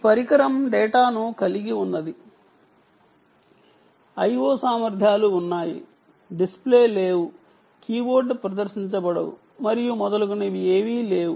ఈ పరికరం డేటాను కలిగి ఉన్నది I O సామర్థ్యాలు ఉన్నాయి డిస్ప్లే లేదు కీబోర్డ్ లేదు మరియు మొదలగునవి ఏవీ లేవు